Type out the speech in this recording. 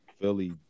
Philly